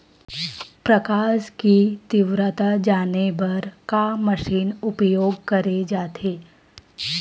प्रकाश कि तीव्रता जाने बर का मशीन उपयोग करे जाथे?